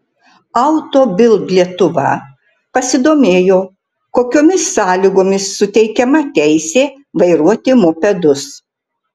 auto bild lietuva pasidomėjo kokiomis sąlygomis suteikiama teisė vairuoti mopedus